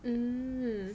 mm